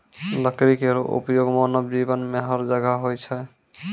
लकड़ी केरो उपयोग मानव जीवन में हर जगह होय छै